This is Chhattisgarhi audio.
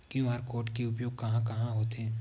क्यू.आर कोड के उपयोग कहां कहां होथे?